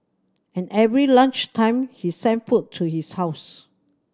and every lunch time he sent food to his house